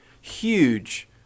Huge